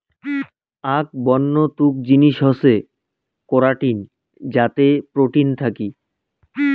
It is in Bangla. আক বন্য তুক জিনিস হসে করাটিন যাতে প্রোটিন থাকি